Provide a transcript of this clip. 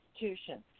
institutions